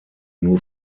nur